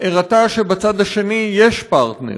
הראתה גם שבצד השני יש פרטנר,